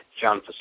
John